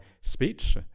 speech